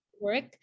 work